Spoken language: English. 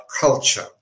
culture